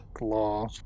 law